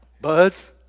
Buzz